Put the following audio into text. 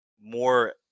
more